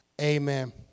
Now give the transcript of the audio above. Amen